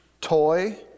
toy